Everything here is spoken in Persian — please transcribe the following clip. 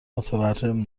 متورم